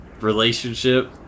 relationship